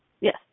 Yes